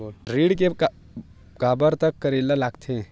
ऋण के काबर तक करेला लगथे?